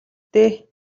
дээ